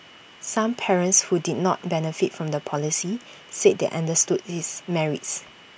some parents who did not benefit from the policy said they understood its merits